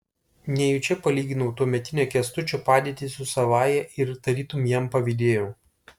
nejučia palyginau tuometinę kęstučio padėtį su savąja ir tarytum jam pavydėjau